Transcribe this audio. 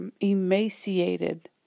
Emaciated